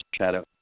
shadow